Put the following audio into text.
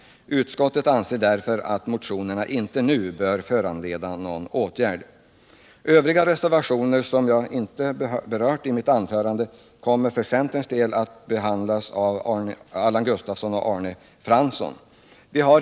Utskottet anser därför att motionerna inte nu bör föranleda någon åtgärd. De övriga reservationer som jag inte berört i mitt anförande kommer för centerns del att behandlas av Allan Gustafsson och Arne Fransson.